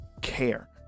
care